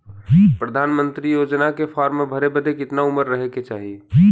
प्रधानमंत्री योजना के फॉर्म भरे बदे कितना उमर रहे के चाही?